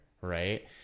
right